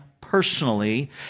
personally